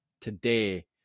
today